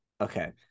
okay